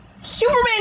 Superman